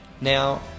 Now